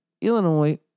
Illinois